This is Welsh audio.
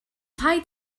paid